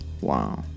Wow